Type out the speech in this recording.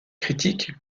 critiques